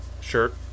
shirt